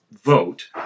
vote